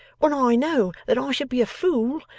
when i know that i should be a fool,